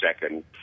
second